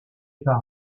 par